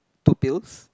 two pills